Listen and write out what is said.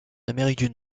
amérique